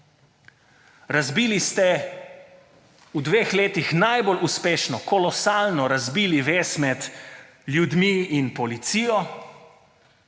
Razbili ste v dveh letih, najbolj uspešno, kolosalno, razbili vez med ljudmi in policijo.